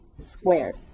squared